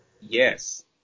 Yes